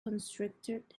constricted